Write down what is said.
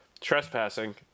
trespassing